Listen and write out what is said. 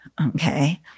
Okay